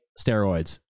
Steroids